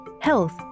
health